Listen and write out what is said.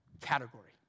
category